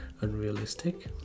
unrealistic